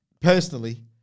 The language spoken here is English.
Personally